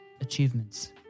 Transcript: achievements